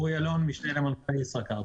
אני משנה למנכ"ל ישראכרט.